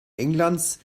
englands